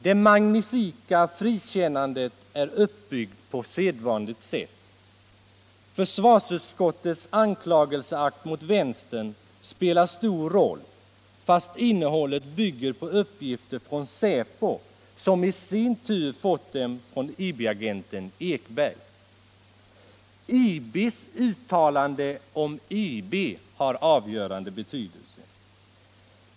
Det magnifika frikännandet är uppbyggt på sedvanligt sätt. Försvarsutskottets anklagelseakt mot vänstern spelar stor roll fastän innehållet bygger på uppgifter från säpo, som i sin tur fått dem från IB-agenten Ekberg. IB:s uttalande om IB har avgörande betydelse.